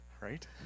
right